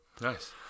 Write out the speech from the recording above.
Nice